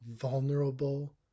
vulnerable